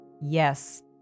yes